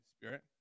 Spirit